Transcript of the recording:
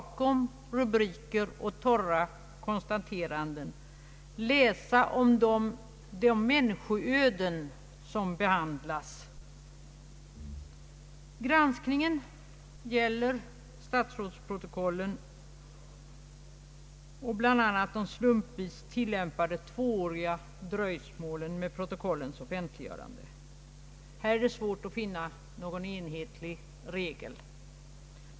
granskning av statsrådsprotokoll om rubriker och torra konstateranden se de människoöden som där behandlas. Granskningen gäller statsrådsprotokollen och bl.a. de slumpvis tillämpade tvååriga dröjsmålen med protokollens offentliggörande. Det är svårt att här finna någon enhetlig regel.